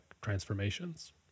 transformations